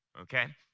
okay